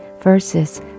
verses